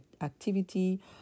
activity